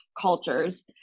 cultures